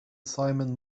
simon